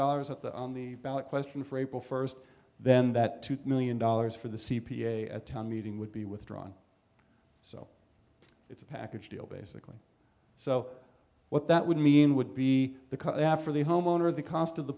dollars at the on the ballot question for april first then that two million dollars for the c p a at town meeting would be withdrawn so it's a package deal basically so what that would mean would be the cut after the homeowner the cost of the